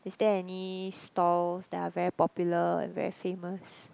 is there any stalls that are very popular and very famous